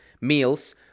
meals